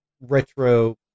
retro